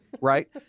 right